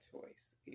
choice